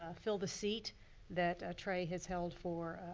ah fill the seat that trey has held for,